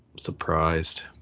Surprised